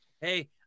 Hey